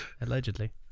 Allegedly